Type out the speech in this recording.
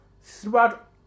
throughout